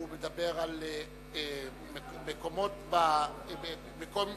הוא מדבר על מקומות יישוב